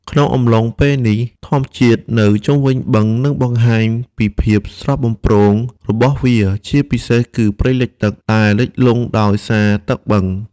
ក្នុងអំឡុងពេលនេះ ធម្មជាតិនៅជុំវិញបឹងនឹងបង្ហាញពីភាពស្រស់បំព្រងរបស់វា ជាពិសេសគឺ ព្រៃលិចទឹក ដែលលិចលង់ដោយសារទឹកបឹង។